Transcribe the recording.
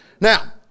Now